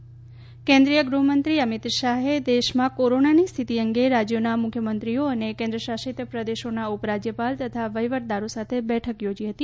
અમિત શાહ કેન્દ્રિય ગૃહમંત્રી અમીત શાહે દેશમાં કોરોનાની સ્થિતિ અંગે રાજયોના મુખ્યમંત્રીઓ અને કેન્દ્રશાસિત પ્રદેશોના ઉપરાજયપાલ તથા વહિવટદારો સાથે બેઠક યોજી હતી